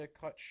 cut